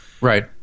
right